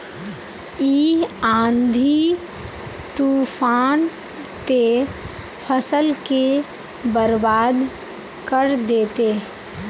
इ आँधी तूफान ते फसल के बर्बाद कर देते?